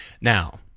Now